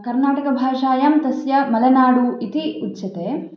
कर्नाटकभाषायां तस्य मलेनाडु इति उच्यते